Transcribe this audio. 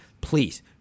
Please